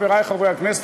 חברי חברי הכנסת,